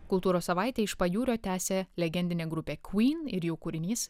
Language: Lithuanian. kultūros savaitę iš pajūrio tęsia legendinė grupė queen ir jų kūrinys